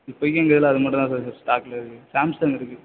இப்போதைக்கி எங்கள் இதில் அது மட்டும் தான் சார் ஸ்டாக்கில் இருக்குது சாம்சங் இருக்குது